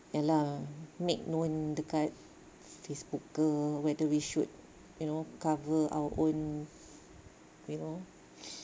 ye lah make known dekat Facebook ke whether we should you know cover our own you know